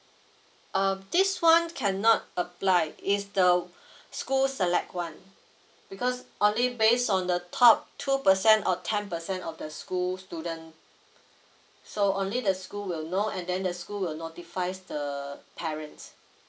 uh this [one] cannot apply is the school select [one] because only based on the top two percent or ten percent of the school student so only the school will know and then the school will notifies the parents